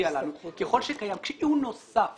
נוסף